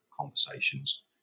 conversations